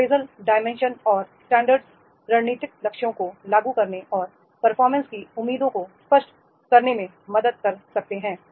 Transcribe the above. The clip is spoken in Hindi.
अप्रेजल डाइमेंशन और स्टैंडर्ड रणनीतिक लक्ष्यों को लागू करने और परफॉर्मेंस की उम्मीदों को स्पष्ट करने में मदद कर सकते हैं